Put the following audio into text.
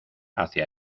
hacia